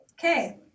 Okay